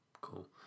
Cool